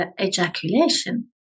ejaculation